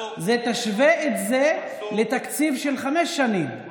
מנסור, ותשווה את זה לתקציב של חמש שנים.